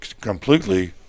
completely